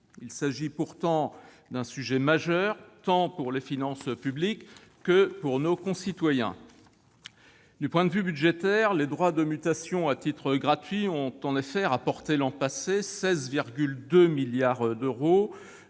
Il s'agit pourtant d'un sujet majeur, tant pour les finances publiques que pour nos concitoyens. Du point de vue budgétaire, les droits de mutation à titre gratuit, les DMTG, ont effectivement rapporté l'an passé 16,2 milliards d'euros,